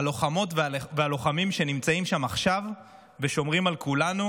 הלוחמות והלוחמים שנמצאים שם עכשיו ושומרים על כולנו,